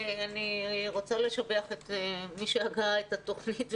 אני רוצה לשבח את מי שהגה את התוכנית,